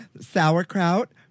sauerkraut